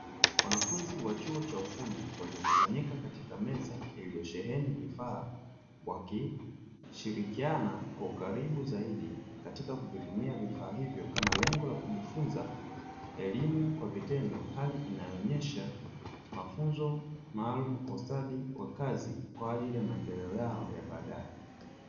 Wanafunzi wa chuo cha ufundi waliokusanyika katika meza iliyosheheni vifaa, wakishirikiana kwa ukaribu zaidi katika kuvitumia vifaa hivyo kama lengo la kujifunza elimu kwa vitendo, hali inayoonyesha mafunzo maalumu kwa ustadi wa kazi kwa ajili ya maendeleo yao ya baadae.